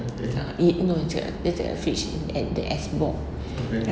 uh e~ no dia cakap dia cakap fridge at the ice box